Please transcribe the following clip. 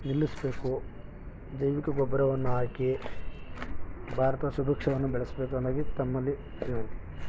ನಿಲ್ಲಿಸಬೇಕು ಜೈವಿಕ ಗೊಬ್ಬರವನ್ನು ಹಾಕಿ ಭಾರತದ ಸುಭಿಕ್ಷವನ್ನು ಬೆಳೆಸಬೇಕು ಹಾಗಾಗಿ ತಮ್ಮಲ್ಲಿ ವಿನಂತಿ